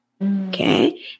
Okay